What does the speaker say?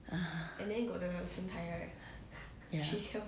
ha ha